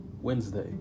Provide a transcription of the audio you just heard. Wednesday